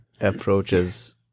approaches